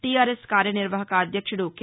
TR yes కార్యనిర్వాహక అధ్యక్షుడు K